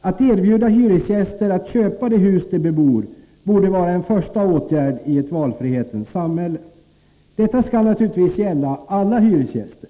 Att erbjuda hyresgäster att köpa det hus de bebor borde vara en första åtgärd i ett valfrihetens samhälle. Detta skall naturligtvis gälla alla hyresgäster.